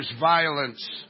violence